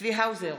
צבי האוזר,